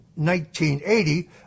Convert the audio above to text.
1980